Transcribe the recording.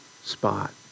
spot